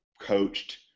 coached